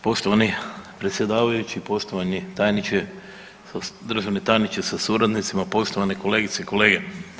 Poštovani predsjedavajući, poštovani državni tajniče sa suradnicima, poštovane kolegice i kolege.